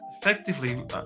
effectively